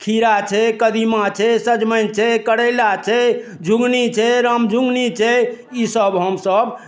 खीरा छै कदीमा छै सजमनि छै करैला छै झुङ्गनी छै रामझुङ्गनी छै ई सभ हमसभ